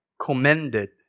commended